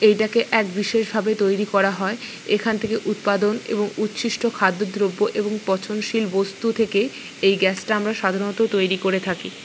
এইটাকে এক বিশেষভাবে তৈরি করা হয় এখান থেকে উৎপাদন এবং উচ্ছিষ্ট খাদ্যদ্রব্য এবং পচনশীল বস্তু থেকে এই গ্যাসটা আমরা সাধারণত তৈরি করে থাকি